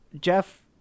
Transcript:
Jeff